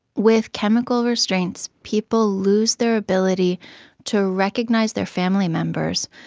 with chemical restraints, people lose their ability to recognise their family members.